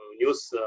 news